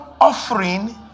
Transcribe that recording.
offering